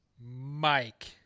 Mike